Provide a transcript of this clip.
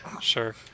Sure